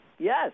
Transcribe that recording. Yes